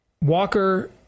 Walker